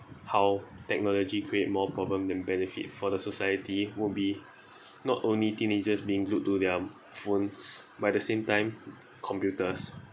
how technology create more problem than benefit for the society would be not only teenagers being glued to their phones but at the same time computers